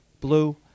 Blue